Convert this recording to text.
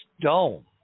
dome